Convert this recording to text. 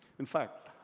in fact,